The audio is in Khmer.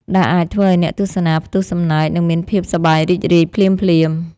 ដែលអាចធ្វើឱ្យអ្នកទស្សនាផ្ទុះសំណើច និងមានភាពសប្បាយរីករាយភ្លាមៗ។